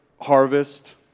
harvest